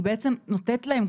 היא בעצם נותנת לעורכי הדין כוח.